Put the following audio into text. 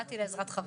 בסדר.